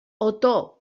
otó